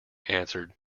answered